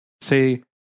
Say